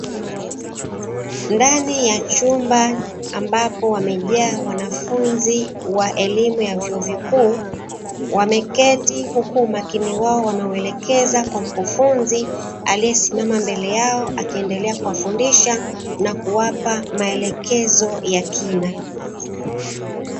Ndani ya chumba ambapo wamejaa wanafunzi wa elimu ya vyuo vikuu, wameketi huku umakini wao wameuelekeza kwa mkufunzi, aliesimama mbele yao akiendelea kuwafundisha na kuwapa maelekezo ya kina.